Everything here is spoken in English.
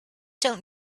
don’t